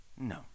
No